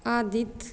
Aditya